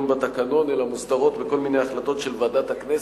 בתקנון אלא מוסדרות בכל מיני החלטות של ועדת הכנסת,